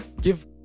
give